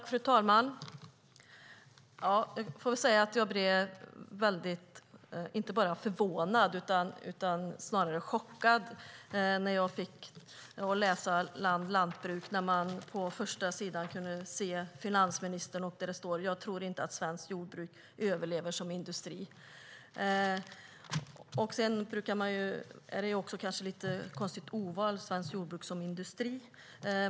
Fru talman! Jag får säga att jag blev inte bara förvånad utan också chockad när jag fick läsa Land Lantbruk och på första sidan kunde se finansministern, som säger: "Jag tror inte att svenskt jordbruk överlever som industri." Det är kanske ett lite konstigt ordval - "svenskt jordbruk som industri".